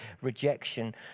rejection